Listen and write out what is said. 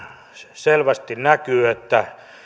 selvästi näkyy että